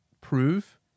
prove